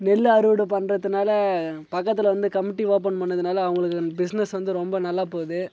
நெல்லு அறுவடை பண்ணுறத்துனால பக்கத்தில் வந்து கமிட்டி ஓப்பன் பண்ணதுனால அவங்களுக்கு பிஸ்னஸ் வந்து ரொம்ப நல்லா போது